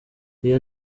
iyo